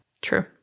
True